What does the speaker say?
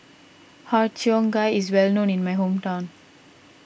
Har Cheong Gai is well known in my hometown